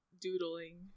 doodling